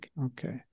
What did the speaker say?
Okay